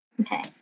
Okay